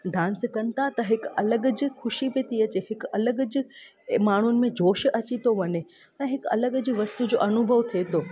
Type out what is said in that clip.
dance कनि था त हिकु अलॻि जि ख़ुशी पई थी अचे हिकु अलॻि जि माण्हुनि में जोश अचे थो वञे ऐं हिकु अलॻि जि वस्तू जो अनुभव थिए थो